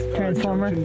transformer